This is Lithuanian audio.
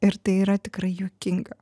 ir tai yra tikrai juokinga